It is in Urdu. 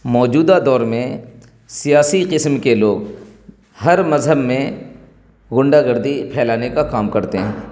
موجودہ دور میں سیاسی قسم کے لوگ ہر مذہب میں غنڈہ گردی پھیلانے کا کام کرتے ہیں